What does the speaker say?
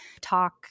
talk